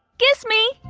kiss me.